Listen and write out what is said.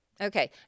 Okay